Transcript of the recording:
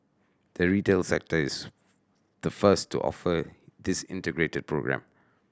the retail sector is the first to offer this integrated programme